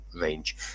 range